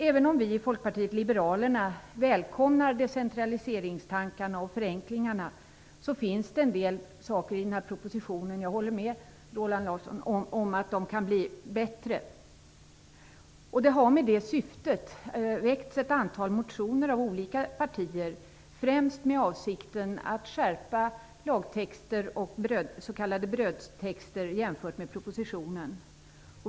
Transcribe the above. Även om vi i Folkpartiet liberalerna välkomnar decentraliseringstankarna så finns det en del saker i propositionen som kan bli bättre. Jag håller med Roland Larsson om det. Det har med det syftet väckts ett antal motioner av olika partier, främst med avsikten att åstadkomma skärpningar i lag och s.k. brödtexter jämfört med propositionen.